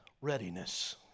readiness